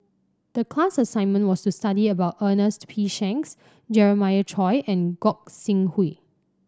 the class assignment was to study about Ernest P Shanks Jeremiah Choy and Gog Sing Hooi